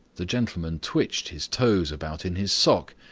the gentleman twitched his toes about in his sock,